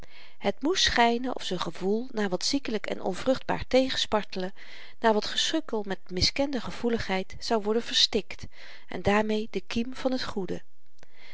het moest schynen of z'n gevoel na wat ziekelyk en onvruchtbaar tegenspartelen na wat gesukkel met miskende gevoeligheid zou worden verstikt en daarmee de kiem van het goede